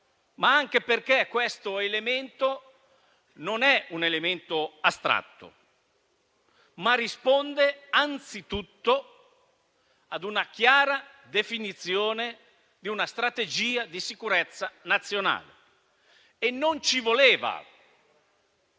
ma anche perché questo elemento non è astratto, ma risponde anzitutto alla chiara definizione di una strategia di sicurezza nazionale. E non ci voleva